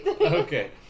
Okay